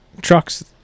trucks